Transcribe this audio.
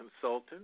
consultant